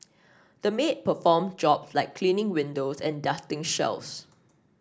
the maid performed jobs like cleaning windows and dusting shelves